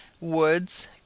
Woods